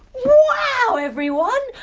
wow everyone!